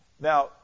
Now